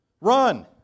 Run